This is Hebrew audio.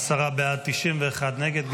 עשרה בעד, 91 נגד.